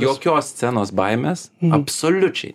jokios scenos baimės absoliučiai